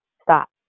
stop